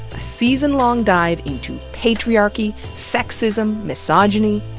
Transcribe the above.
a season-long dive into patriarchy, sexism, misogyny,